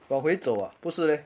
往回走啊不是 leh